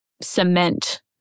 cement